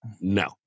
no